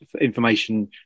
information